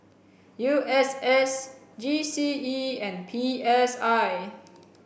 U S S G C E and P S I